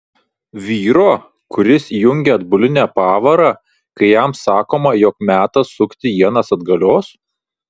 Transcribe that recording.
vyro kuris įjungia atbulinę pavarą kai jam sakoma jog metas sukti ienas atgalios